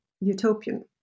utopian